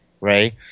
right